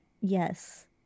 Yes